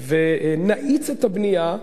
ונאיץ את הבנייה.